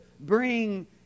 bring